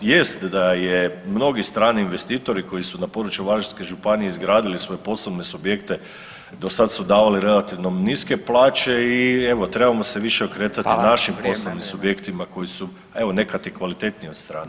Jest da je mnogi strani investitori koji su na području Varaždinske županije izgradili svoje posebne subjekte do sad su davali relativno niske plaće i evo trebamo se više okretati [[Upadica Radin: Hvala, vrijeme.]] našim poslovnim subjektima koji su evo nekad i kvalitetniji od stranih.